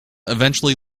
eventually